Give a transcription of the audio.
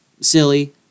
silly